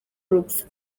urupfu